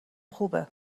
خوبه